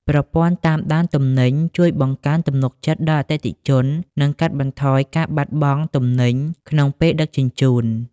ប្រព័ន្ធតាមដានទំនិញជួយបង្កើនទំនុកចិត្តដល់អតិថិជន និងកាត់បន្ថយការបាត់បង់ទំនិញក្នុងពេលដឹកជញ្ជូន។